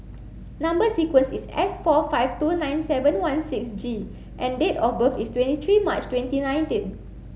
number sequence is S four five two nine seven one six G and date of birth is twenty three March twenty nineteen